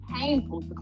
painful